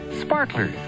Sparklers